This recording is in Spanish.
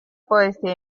poesía